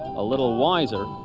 a little wiser,